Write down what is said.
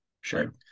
Sure